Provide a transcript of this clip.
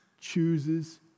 chooses